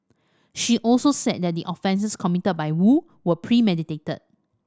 she also said that the offences committed by Woo were premeditated